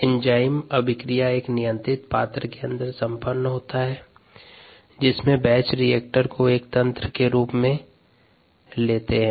enzyme अभिक्रिया एक नियंत्रित पात्र के अंदर संपन्न होता है जिसमे बैच रिएक्टर को एक तंत्र के रूप में होता हैं